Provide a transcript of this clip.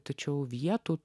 tačiau vietų